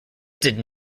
did